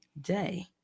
day